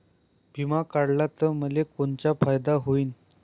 बिमा काढला त मले कोनचा फायदा होईन?